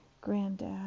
granddad